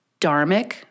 dharmic